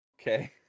Okay